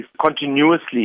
continuously